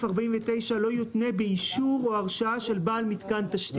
49 לא יותנה באישור או הרשאה של בעל מיתקן תשתית.